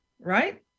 right